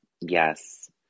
Yes